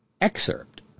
Excerpt